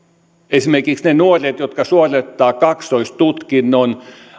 esimerkiksi ne nuoret jotka suorittavat kaksoistutkinnon